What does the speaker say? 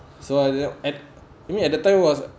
so at I mean at that time was